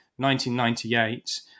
1998